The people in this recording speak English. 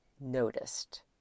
noticed